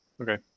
Okay